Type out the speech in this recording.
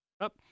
up